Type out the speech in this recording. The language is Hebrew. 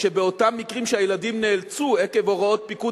שבאותם מקרים שהילדים נאלצו עקב הוראות פיקוד